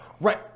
Right